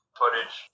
footage